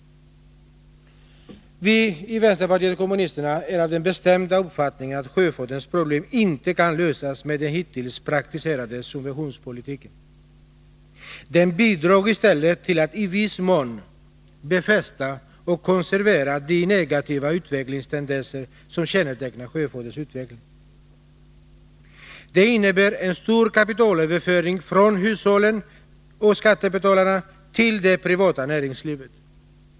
Vi i vänsterpartiet kommunisterna är av den bestämda uppfattningen att sjöfartens problem inte kan lösas med den hittills praktiserade subventionspolitiken. Den bidrar i stället till att i viss mån befästa de negativa utvecklingstendenser som kännetecknar sjöfarten. Den innebär en stor kapitalöverföring från hushållen och skattebetalarna till det privata näringslivet.